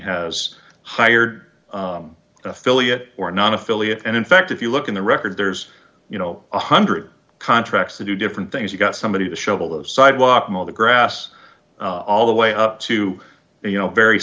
has hired an affiliate or not affiliate and in fact if you look in the record there's you know one hundred contracts to do different things you've got somebody to shovel the sidewalk mow the grass all the way up to you know very